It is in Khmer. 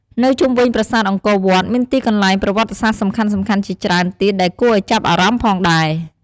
នៅជុំវិញប្រាសាទអង្គរវត្ត មានទីកន្លែងប្រវត្តិសាស្ត្រសំខាន់ៗជាច្រើនទៀតដែលគួរឱ្យចាប់អារម្មណ៍ផងដែរ។